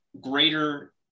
greater